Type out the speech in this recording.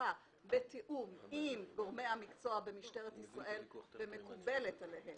שנוסחה בתיאום עם גורמי המקצוע במשטרת ישראל והיא מקובלת עליהם.